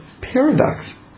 paradox